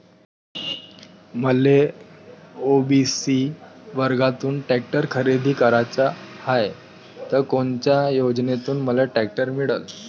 मले ओ.बी.सी वर्गातून टॅक्टर खरेदी कराचा हाये त कोनच्या योजनेतून मले टॅक्टर मिळन?